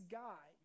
guy